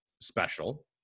special